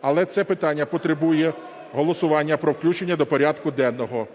Але це питання потребує голосування про включення до порядку денного.